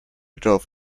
dove